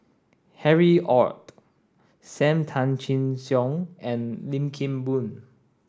Harry Ord Sam Tan Chin Siong and Lim Kim Boon